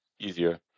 easier